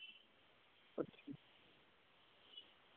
अच्छा